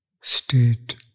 state